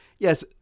Yes